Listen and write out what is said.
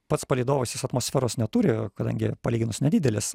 pats palydovas jis atmosferos neturi kadangi palyginus nedidelis